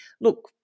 look